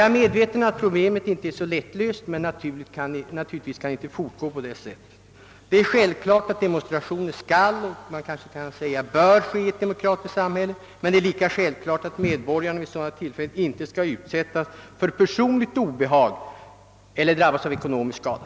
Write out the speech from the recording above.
Jag är medveten om att detta problem inte är lättlöst, men förhållandena kan inte få vara sådana som de nu är. Det är självklart att demonstrationer skall kunna förekomma — man kanske också kan säga att de bör förekomma — men lika självklart är att ingen medborgare vid sådana tillfällen skall utsättas för personliga obehag eller drabbas av ekonomisk skada.